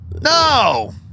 No